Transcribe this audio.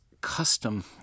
custom